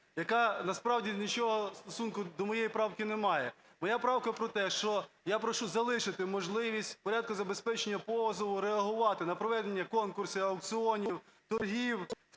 яка насправді нічого стосунку до моєї правки не має. Моя правка про те, що я прошу залишити можливість в порядку забезпечення позову реагувати на проведення конкурсів, аукціонів, торгів,